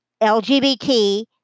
LGBT